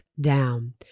down